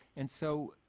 and so,